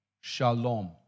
shalom